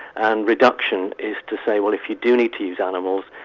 and reduction is to say, well, if you do need to use animals,